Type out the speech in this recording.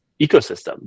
ecosystem